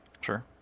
Sure